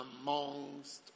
amongst